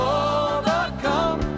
overcome